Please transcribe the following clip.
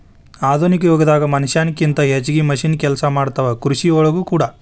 ಆಧುನಿಕ ಯುಗದಾಗ ಮನಷ್ಯಾನ ಕಿಂತ ಹೆಚಗಿ ಮಿಷನ್ ಕೆಲಸಾ ಮಾಡತಾವ ಕೃಷಿ ಒಳಗೂ ಕೂಡಾ